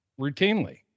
routinely